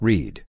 Read